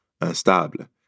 instable